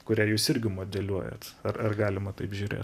kurią jūs irgi modeliuojat ar ar galima taip žiūrėt